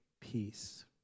peace